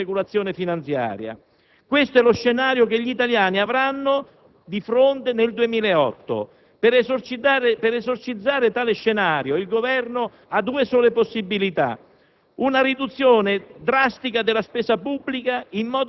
risparmio dagli investimenti produttivi ad altre forme di speculazione finanziaria. Questo è lo scenario che gli italiani avranno di fronte nel 2008. Per esorcizzare tale scenario, il Governo ha due sole possibilità: